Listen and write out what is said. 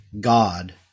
God